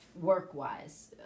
work-wise